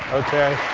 okay?